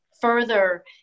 further